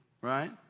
Right